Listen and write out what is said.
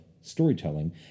storytelling